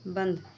बंद